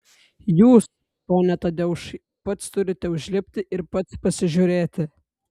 jūs pone tadeušai pats turite užlipti ir pats pasižiūrėti